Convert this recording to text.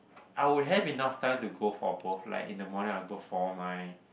I would have enough time to go for both like in the morning I go for my